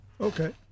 Okay